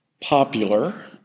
popular